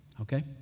Okay